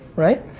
right?